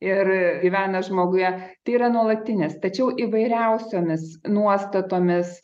ir gyvena žmoguje tai yra nuolatinės tačiau įvairiausiomis nuostatomis